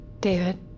David